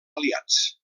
aliats